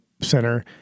Center